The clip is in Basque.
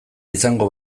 izango